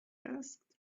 asked